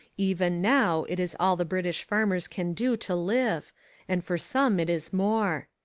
even now it is all the british farmers can do to live and for some it is more.